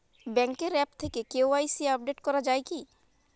ব্যাঙ্কের আ্যপ থেকে KYC update করা যায় কি?